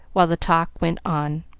while the talk went on.